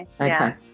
Okay